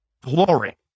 glory